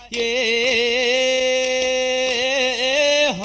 a